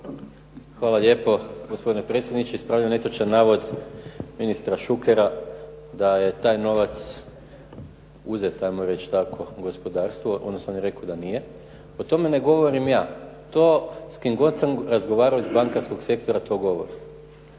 Hvala lijepo gospodine predsjedniče. Ispravljam netočan navod ministra Šukera da je taj novac uzet, hajmo reći tako gospodarstvu, odnosno on je rekao da nije. O tome ne govorim ja. To s kim god sam razgovarao iz bankarskog sektora to govori.